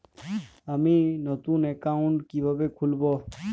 আমি নতুন অ্যাকাউন্ট কিভাবে খুলব?